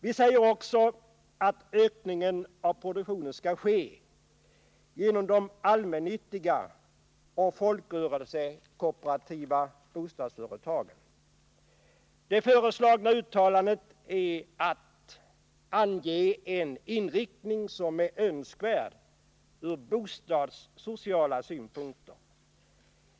Vi säger också att ökningen av produktionen skall ske genom de allmännyttiga och folkrörelsekooperativa bostadsföretagen. De föreslagna uttalandena skall, förutsätter vi, ange den inriktning som är önskvärd ur bostadssociala synpunkter.